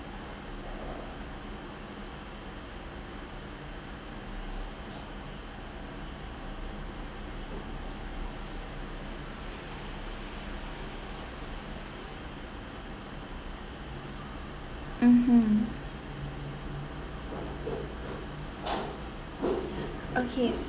mmhmm okay